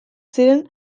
ziren